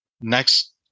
Next